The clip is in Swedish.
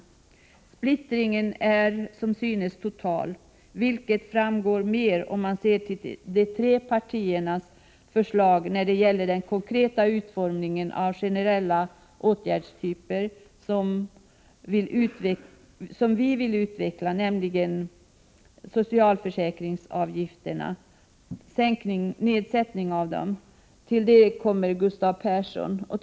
Splittringen är som synes total, vilket framgår bättre om man ser på de tre partiernas förslag till den konkreta utformningen av den generella åtgärdstypen, som vi vill utveckla, nämligen nedsättningen av socialavgifterna. Detta kommer Gustav Persson att beröra senare.